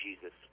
Jesus